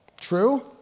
True